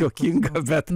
juokinga bet